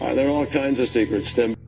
and there are all kinds of secrets, tim.